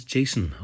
Jason